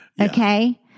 okay